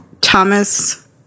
Thomas